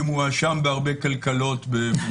שמואשם בהרבה קלקלות.